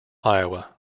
iowa